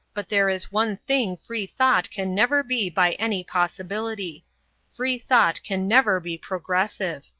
but there is one thing free-thought can never be by any possibility free-thought can never be progressive.